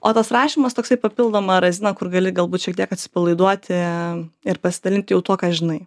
o tas rašymas toksai papildoma razina kur gali galbūt šiek tiek atsipalaiduoti ir pasidalinti jau tuo ką žinai